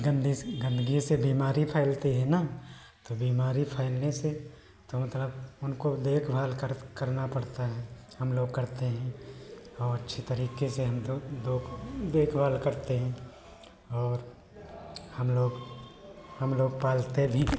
गन्दे से गन्दगी से बीमारी फैलती है ना तो बीमारी फैलने से तो मतलब उनको देखभाल कर करना पड़ता है हमलोग करते हैं और अच्छे तरीके से हम दो दो देखभाल करते हैं और हमलोग हमलोग पालते भी हैं